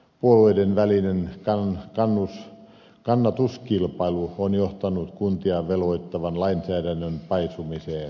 puolueiden välinen kannatuskilpailu on johtanut kuntia velvoittavan lainsäädännön paisumiseen